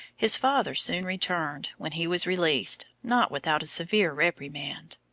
his father soon returned, when he was released, not without a severe reprimand.